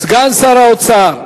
סגן שר האוצר,